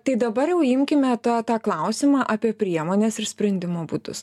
tai dabar jau imkime tą tą klausimą apie priemones ir sprendimo būdus